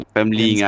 Family